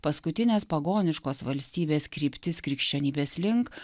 paskutinės pagoniškos valstybės kryptis krikščionybės link